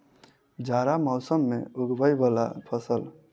जाड़ा मौसम मे उगवय वला फसल?